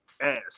ass